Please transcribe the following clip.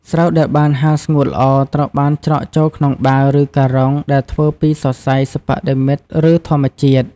ស្រូវដែលបានហាលស្ងួតល្អ ត្រូវបានច្រកចូលក្នុងបាវ ឬការុង ដែលធ្វើពីសរសៃសិប្បនិម្មិត ឬធម្មជាតិ។